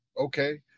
okay